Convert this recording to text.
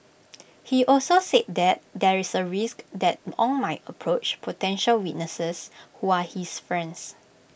he also said that there is A risk that Ong might approach potential witnesses who are his friends